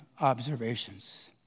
observations